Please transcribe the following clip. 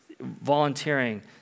volunteering